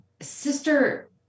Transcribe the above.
sister